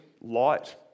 light